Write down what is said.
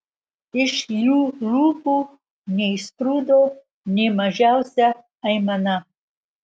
iš jų lūpų neišsprūdo nė mažiausia aimana